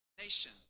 Nation